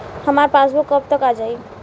हमार पासबूक कब तक आ जाई?